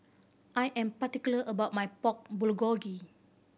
I am particular about my Pork Bulgogi